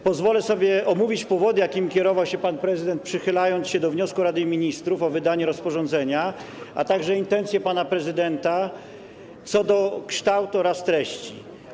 Pozwolę sobie omówić powody, jakimi kierował się pan prezydent, przychylając się do wniosku Rady Ministrów o wydanie rozporządzenia, a także intencje pana prezydenta co do kształtu oraz treści rozporządzenia.